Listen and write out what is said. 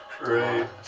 Right